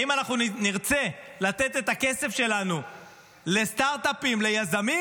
האם אנחנו נרצה לתת את הכסף שלנו לסטרטאפ וליזמים,